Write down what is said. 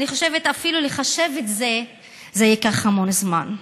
אני חושבת שאפילו לחשב את זה ייקח המון זמן.